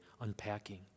unpacking